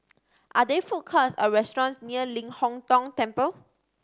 are there food courts or restaurants near Ling Hong Tong Temple